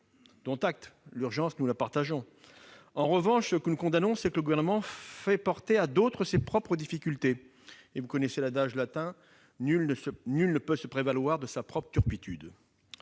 Dont acte. L'urgence, nous la partageons. En revanche, nous condamnons le fait que le Gouvernement fasse porter à d'autres ses propres difficultés. Vous connaissez l'adage latin :« Nul ne peut se prévaloir de sa propre turpitude.